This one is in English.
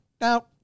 now